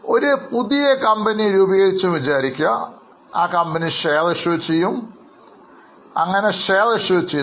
ഇപ്പോൾ ഒരു കമ്പനി പുതിയതായി രൂപപ്പെട്ടതാണെന്നും അത് ഷെയറുകൾ പുറപ്പെടുവിക്കുന്നു എന്നും പറയാം